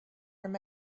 there